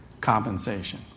Compensation